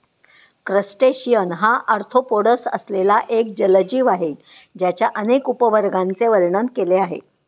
crustacean हा arthropods असलेला एक जलजीव आहे ज्याच्या अनेक उपवर्गांचे वर्णन केले आहे